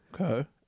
Okay